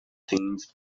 things